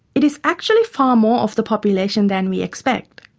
it is actually far more of the population then we expect.